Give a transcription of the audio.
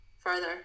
further